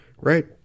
right